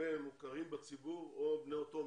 לגבי מוכרים בציבור או בני אותו מין,